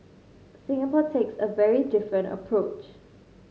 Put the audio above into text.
Singapore takes a very different approach